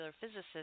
physicist